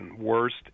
worst